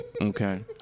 Okay